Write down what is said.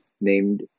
named